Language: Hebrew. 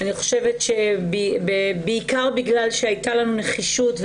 אני חושבת בעיקר בגלל שהייתה לנו נחישות,